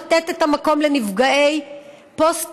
לתת את המקום לנפגעי פוסט-טראומה,